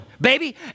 Baby